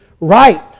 right